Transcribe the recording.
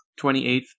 28th